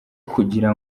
kugira